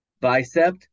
bicep